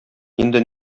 инде